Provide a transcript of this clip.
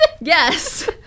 Yes